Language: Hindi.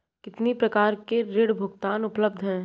कितनी प्रकार के ऋण भुगतान उपलब्ध हैं?